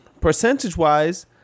percentage-wise